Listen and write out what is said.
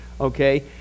okay